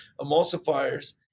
emulsifiers